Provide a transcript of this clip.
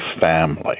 family